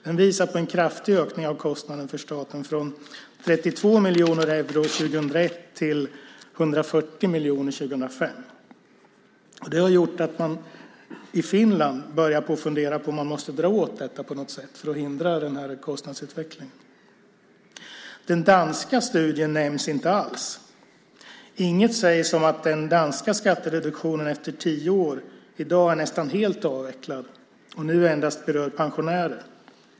Den visar på en kraftig ökning av kostnaden för staten från 32 miljoner euro år 2001 till 140 miljoner år 2005. Det har gjort att man i Finland börjar på att fundera om man måste dra åt det på något sätt för att hindra kostnadsutvecklingen. Den danska studien nämns inte alls. Inget sägs om att den danska skattereduktionen efter tio år i dag nästan helt är avvecklad och nu endast berör pensionärer.